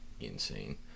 insane